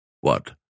What